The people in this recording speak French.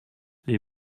les